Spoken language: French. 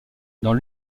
dans